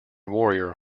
warrior